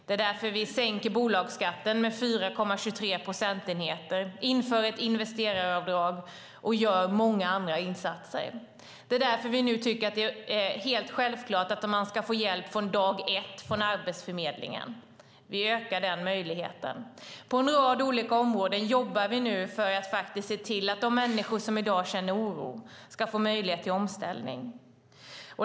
Det är därför vi sänker bolagsskatten med 4,23 procentenheter, inför ett investeraravdrag och gör många andra insatser. Det är därför vi nu tycker att det är helt självklart att man ska få hjälp från dag ett från Arbetsförmedlingen. Vi ökar den möjligheten. På en rad olika områden jobbar vi nu för att se till att de människor som i dag känner oro ska få möjlighet till omställning.